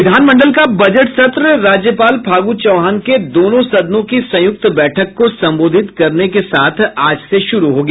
विधानमंडल का बजट सत्र राज्यपाल फागू चौहान के दोनों सदनों की संयुक्त बैठक को संबोधित करने के साथ आज से शुरू हो गया